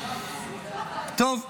טוב.